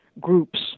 groups